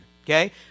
Okay